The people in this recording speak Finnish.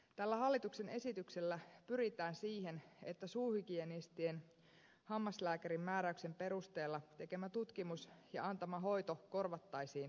tällä hallituksen esityksellä pyritään siihen että suuhygienistien hammaslääkärin määräyksen perusteella tekemä tutkimus ja antama hoito korvattaisiin sairausvakuutuksesta